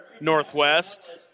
Northwest